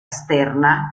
externa